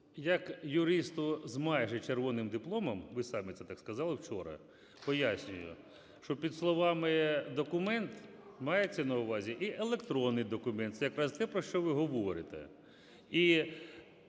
Як юристу з майже червоним дипломом, ви самі це так сказали вчора, пояснюю, що під словом "документ" мається на увазі і електронний документ. Це якраз те, про що ви говорите.